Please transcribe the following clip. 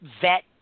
vet